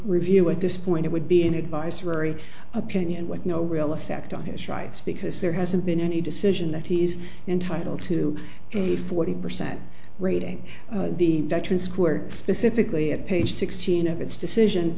review at this point it would be in advisory opinion with no real effect on his rights because there hasn't been any decision that he is entitled to a forty percent rating the veteran square specifically at page sixteen of its decision